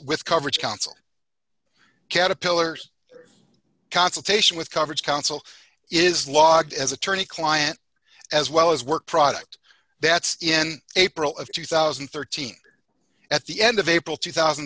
with coverage council caterpillars consultation with coverage council is logged as attorney client as well as work product that's in april of two thousand and thirteen at the end of april two thousand